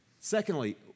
Secondly